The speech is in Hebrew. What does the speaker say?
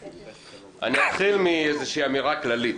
אתחיל במין אמירה כללית,